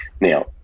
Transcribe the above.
Now